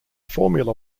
formula